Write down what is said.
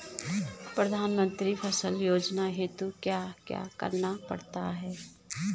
प्रधानमंत्री फसल योजना हेतु क्या क्या करना पड़ता है?